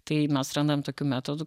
tai mes randam tokių metodų